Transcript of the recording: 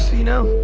you know,